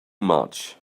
much